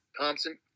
Thompson